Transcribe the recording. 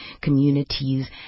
communities